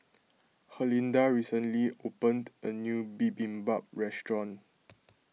Herlinda recently opened a new Bibimbap restaurant